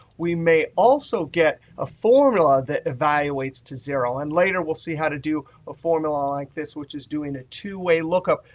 we may also get a formula that evaluates to zero. and later we'll see how to do a formula like this, which is doing a two-way lookup,